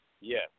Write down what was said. Yes